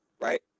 right